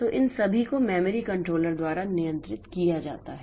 तो इन सभी को मेमोरी कंट्रोलर द्वारा नियंत्रित किया जाता है